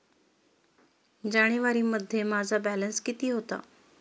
जानेवारीमध्ये माझा बॅलन्स किती होता?